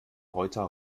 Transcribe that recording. reuter